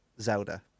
zelda